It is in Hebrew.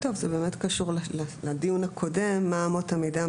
זה באמת קשור לדיון הקודם מהן אמות המידה,